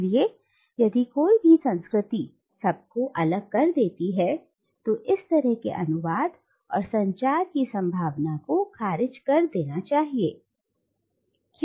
इसलिए यदि कोई भी संस्कृति सबको अलग कर देती है तो इस तरह के अनुवाद और संचार की संभावना को खारिज कर देना चाहिए उन ग्राम